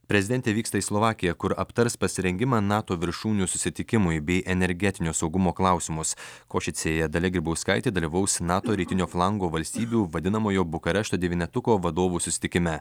prezidentė vyksta į slovakiją kur aptars pasirengimą nato viršūnių susitikimui bei energetinio saugumo klausimus košicėje dalia grybauskaitė dalyvaus nato rytinio flango valstybių vadinamojo bukarešto devynetuko vadovų susitikime